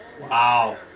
Wow